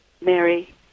Mary